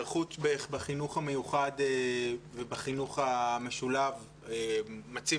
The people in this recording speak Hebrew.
הנושא של ההיערכות בחינוך המיוחד ובחינוך המשולב מציב